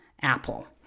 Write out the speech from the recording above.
Apple